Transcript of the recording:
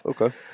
Okay